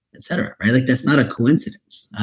et cetera. like that's not a coincidence.